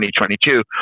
2022